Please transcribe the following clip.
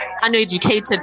uneducated